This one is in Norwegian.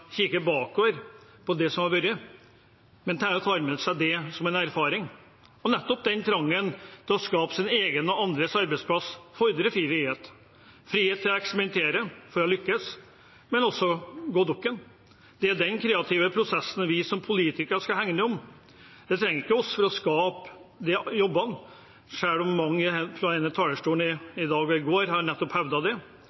bakover på det som har vært, men tar det med seg som en erfaring. De har trangen til å skape sin egen og andres arbeidsplass, og det fordrer frihet – frihet til å eksperimentere for å lykkes, men også å gå dukken. Det er den kreative prosessen vi som politikere skal hegne om. De trenger ikke oss for å skape jobbene, selv om mange på denne talerstolen i dag og i